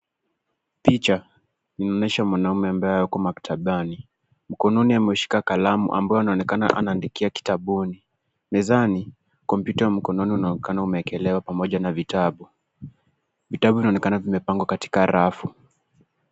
Picha, inaonyesha mwanaume ambaye ako maktabani. Mkononi ameshika kalamu ambayo anaonekana anaandikia kitabuni. Mezani, kompyuta mkononi unaonekana umeekelewa pamoja na vitabu. Vitabu vinaonekana vimepangwa katika rafu.